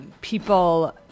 people